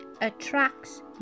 attracts